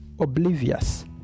oblivious